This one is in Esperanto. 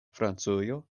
francujo